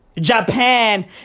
Japan